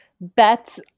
bets